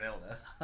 illness